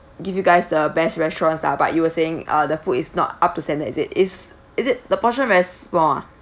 give you guys the best restaurants lah but you were saying uh the food is not up to standard is it is is it the portion very small ah